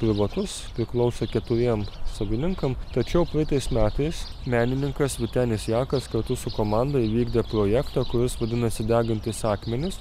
privatus priklauso keturiem savininkam tačiau praeitais metais menininkas vytenis jakas kartu su komanda įvykdė projektą kuris vadinasi degantys akmenys